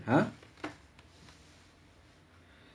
!huh!